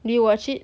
do you watch it